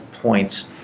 points